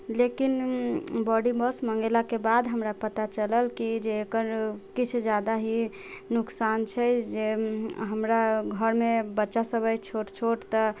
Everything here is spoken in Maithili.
लेकिन बौडी वाँश मङ्गेलाके बाद हमरा पता चलल कि जे एकर किछु जादा ही नुकसान छै जे हमरा घरमे बच्चा सभ अछि छोट छोट तऽ